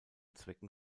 zwecken